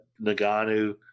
Nagano